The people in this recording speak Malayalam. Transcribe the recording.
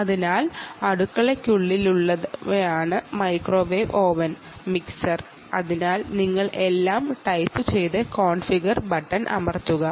അതിനാൽ അതിനാൽ നിങ്ങൾ എല്ലാം ടൈപ്പുചെയ്ത് കോൺഫിഗർ ബട്ടൺ അമർത്തുക